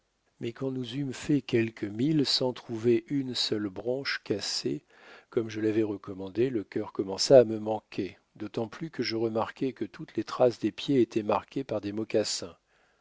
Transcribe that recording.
mais quand nous eûmes fait quelques milles sans trouver une seule branche cassée comme je l'avais recommandé le cœur commença à me manquer d'autant plus que je remarquais que toutes les traces des pieds étaient marquées par des mocassins